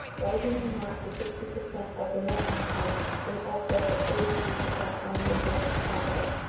rising in amount to sixty per cent of the net income in excess of thirty-three per cent on the invested capital.